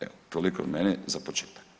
Evo toliko od mene za početak.